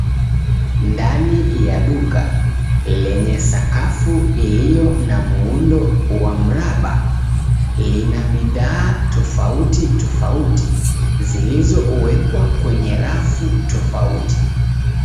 Ndani ya duka yenye sakafu iliyo na muundo wa mraba, lina bidhaa tofauti tofauti zilizowekwa kwenye rafu tofauti.